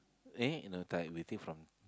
eh no time we take from